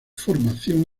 formación